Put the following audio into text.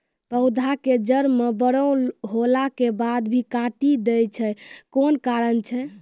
पौधा के जड़ म बड़ो होला के बाद भी काटी दै छै कोन कारण छै?